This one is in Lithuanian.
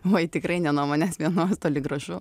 oi tikrai ne nuo manęs vienos toli gražu